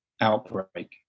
outbreak